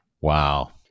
Wow